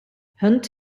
hunt